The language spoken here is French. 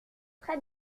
très